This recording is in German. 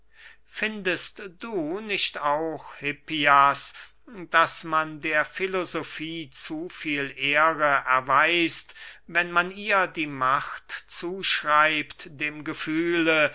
findest du nicht auch hippias daß man der filosofie zu viel ehre erweist wenn man ihr die macht zuschreibt dem gefühle